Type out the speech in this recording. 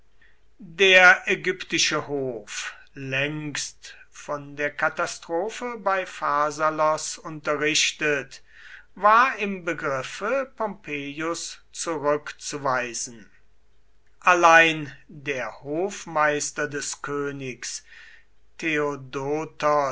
der ägyptische hof längst von der katastrophe bei pharsalos unterrichtet war im begriffe pompeius zurückzuweisen allein der hofmeister des königs theodotos